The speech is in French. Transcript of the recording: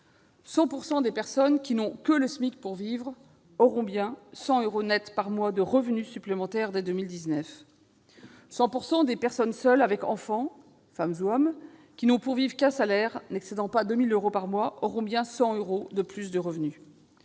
100 % des personnes qui n'ont que le SMIC pour vivre auront bien 100 euros nets par mois de revenus supplémentaires dès 2019, 100 % des personnes seules- femmes ou hommes -avec enfants qui n'ont pour vivre qu'un salaire n'excédant pas 2 000 euros par mois auront bien 100 euros de plus et